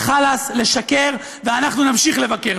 חלאס לשקר, ואנחנו נמשיך לבקר.